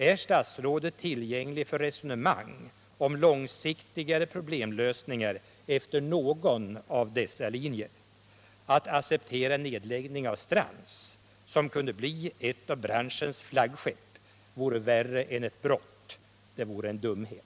Är statsrådet tillgänglig för resonemang om långsiktigare problemlösningar efter någon av dessa linjer? Att acceptera nedläggning av Strands, som kunde bli ett av branschens flaggskepp, vore värre än ett brott. Det vore en dumhet.